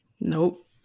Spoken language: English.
Nope